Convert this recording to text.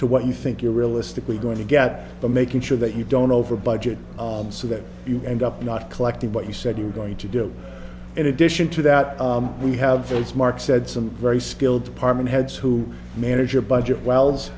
to what you think you're realistically going to get making sure that you don't over budget so that you end up not collecting what you said you're going to do in addition to that we have it's mark said some very skilled department heads who manage your budget wel